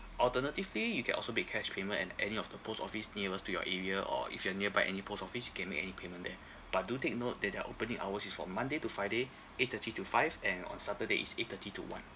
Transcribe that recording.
alternatively you can also make cash payment at any of the post office nearest to your area or if you're nearby any post office you can make any payment there but do take note that their opening hours is from monday to friday eight thirty to five and on saturday it's eight thirty to one